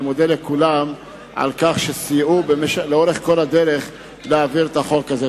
אני מודה לכולם על כך שסייעו לאורך כל הדרך להעביר את החוק הזה.